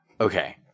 Okay